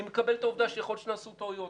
אני מקבל את העובדה שיכול להיות שנעשו טעויות,